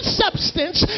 substance